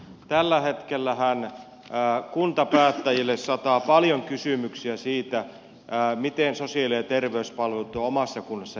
tällähän hetkellä kuntapäättäjille sataa paljon kysymyksiä siitä miten sosiaali ja terveyspalvelut on omassa kunnassa järjestetty